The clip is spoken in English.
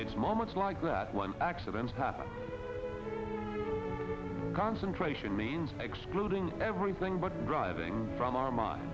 it's moments like that one accidents happen concentration means exploding everything but driving from our mind